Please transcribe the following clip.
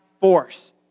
force